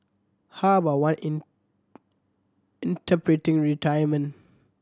how about one in interpreting retirement